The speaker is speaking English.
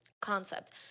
concept